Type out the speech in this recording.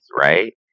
right